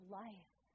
life